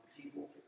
people